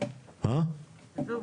אוקיי,